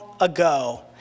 ago